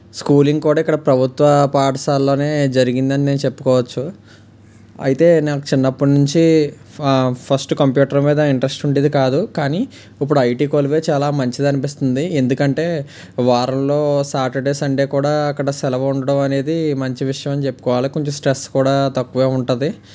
schooling కూడా ఇక్కడ ప్రభుత్వ పాఠశాలలోనే జరిగిందని నేను చెప్పుకోవచ్చు అయితే నాకు చిన్నప్పుడి నుంచి ఫస్ట్ కంప్యూటర్ మీద ఇంట్రెస్ట్ ఉండేది కాదు కానీ ఇప్పుడు ఐటీ వెళ్ళిపోయి చాలా మంచిదనిపిస్తుంది ఎందుకంటే వారంలో సాటర్డే సండే కూడా ఇక్కడ సెలవు ఉండడం అనేది మంచి విషయం అని చెప్పుకోవాలి కొంచెం స్ట్రెస్ కూడా తక్కువే ఉంటుంది